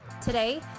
Today